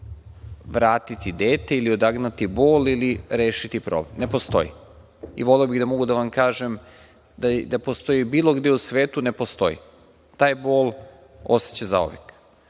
vratiti dete ili odagnati bol ili rešiti problem. Ne postoji. Voleo bih da mogu da vam kažem da postoji bilo gde u svetu, ne postoji. Taj bol ostaće zauvek. Ono